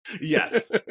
Yes